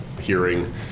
hearing